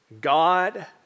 God